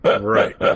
Right